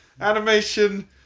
Animation